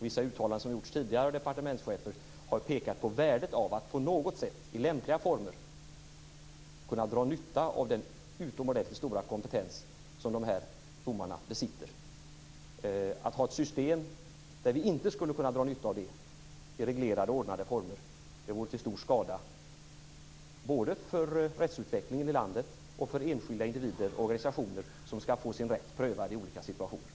Vissa uttalanden som har gjorts tidigare av departementschefer har pekat på värdet av att på något sätt i lämpliga former kunna dra nytta av den utomordentligt stora kompetens som de här domarna besitter. Att ha ett system där vi inte skulle kunna dra nytta av det i reglerade, ordnade former vore till stor skada både för rättsutvecklingen i landet och för enskilda individer och organisationer som skall få sin rätt prövad i olika situationer.